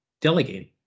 delegating